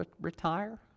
retire